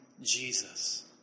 Jesus